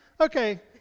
Okay